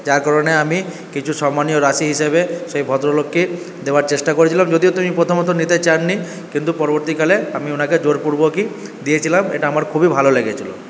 যার কারণে আমি কিছু সম্মানীয় রাশি হিসাবে সেই ভদ্রলোককে দেওয়ার চেষ্টা করেছিলাম যদিও তিনি প্রথমত নিতে চাননি কিন্তু পরবর্তীকালে আমি ওনাকে জোরপূর্বকই দিয়েছিলাম এটা আমার খুবই ভালো লেগেছিল